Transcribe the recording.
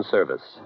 Service